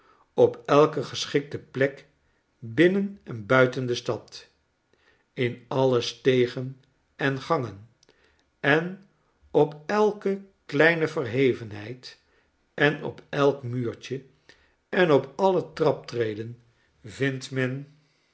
op elke geschikte plek binnen en buiten de stad in alle stegen en gangen en op elke kleine verhevenheid en op elk muurtje en op alle traptreden vindt men